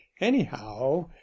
anyhow